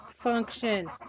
function